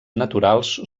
naturals